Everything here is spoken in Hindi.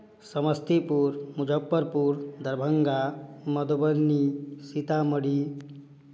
समस्तीपुर मुजफ्फरपुर दरभंगा मधुबनी सीतामणी